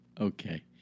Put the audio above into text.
Okay